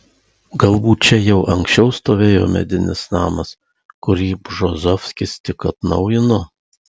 galbūt čia jau anksčiau stovėjo medinis namas kurį bžozovskis tik atnaujino